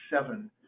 seven